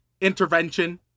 intervention